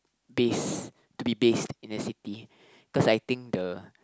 base to be based in a city cause I think the